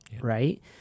right